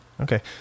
Okay